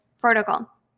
protocol